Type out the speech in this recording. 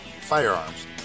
firearms